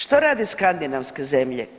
Što rade skandinavske zemlje?